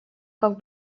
как